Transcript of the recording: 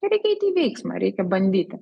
reikia eiti į veiksmą reikia bandyti